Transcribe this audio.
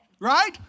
right